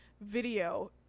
video